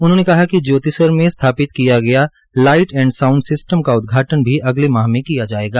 उन्होंने कहा कि ज्योतिसर में स्थापित किया गया लाइट एंड साउंड सिस्टम का उदघाटन भी अगले माह मे किया जायेगा